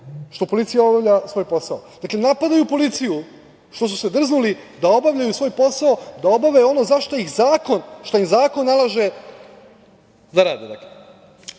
što policija obavlja svoj posao. Dakle, napadaju policiju što su se drznuli da obavljaju svoj posao, da obave ono što im zakon nalaže da rade. Pa,